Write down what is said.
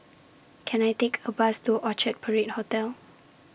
Can I Take A Bus to Orchard Parade Hotel